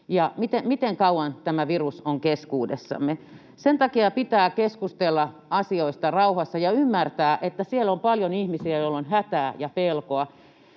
ja miten kauan tämä virus on keskuudessamme. Sen takia pitää keskustella asioista rauhassa ja ymmärtää, että siellä on paljon ihmisiä, joilla on hätää ja pelkoa.